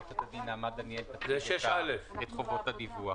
עורכת הדין נעמה דניאל תקריא את חובות הדיווח.